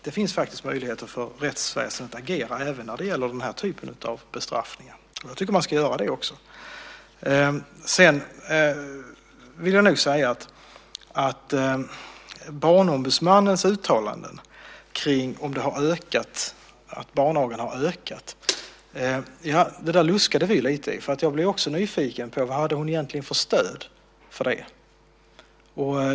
Det finns faktiskt möjligheter för rättsväsendet att agera även när det gäller den typen av bestraffningar. Jag tycker också att man ska göra det. När det gäller Barnombudsmannens uttalanden om att barnagan har ökat så luskade vi lite i det. Jag blev också nyfiken. Vad hade hon egentligen för stöd för det?